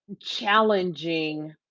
challenging